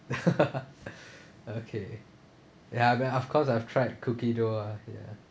okay ya well of course I've tried cookie dough ah ya